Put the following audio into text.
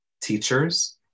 teachers